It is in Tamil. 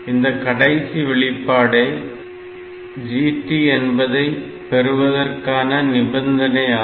இந்த கடைசி வெளிப்பாடே GT என்பதை பெறுவதற்கான நிபந்தனை ஆகும்